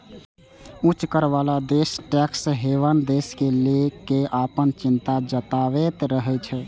उच्च कर बला देश टैक्स हेवन देश कें लए कें अपन चिंता जताबैत रहै छै